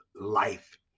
life